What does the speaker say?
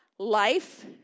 Life